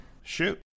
shoot